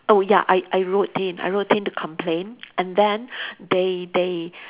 oh ya I I wrote in I wrote in to complain and then they they